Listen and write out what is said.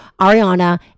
Ariana